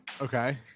Okay